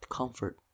comfort